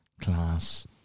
class